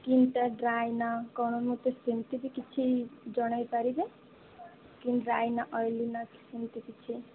ସ୍କିନଟା dry ନା କ'ଣ ମୋତେ ସେମିତି କିଛି ଜଣେଇ ପାରିବେ ସ୍କିନ ଡ୍ରାଏ ନା ଅଏଲି ନା ସେମିତି କିଛି